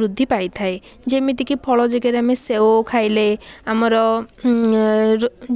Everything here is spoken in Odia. ବୃଦ୍ଧି ପାଇଥାଏ ଯେମିତିକି ଫଳ ଜାଗାରେ ଆମେ ସେଓ ଖାଇଲେ ଆମର